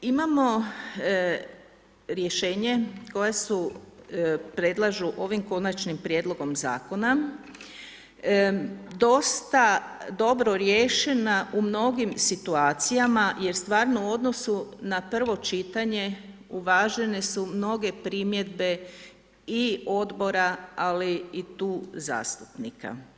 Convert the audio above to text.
Imamo rješenje koja se predlažu ovim konačnim prijedlogom zakon, dosta dobro riješena u mnogim situacijama jer stvarno u odnosu na prvo čitanje uvažene su mnoge primjedbe i odbora ali i tu zastupnika.